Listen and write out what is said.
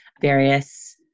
various